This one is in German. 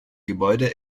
gebäude